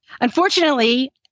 Unfortunately